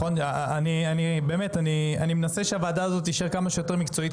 אני מנסה שהוועדה הזאת תישאר כמה שיותר מקצועית,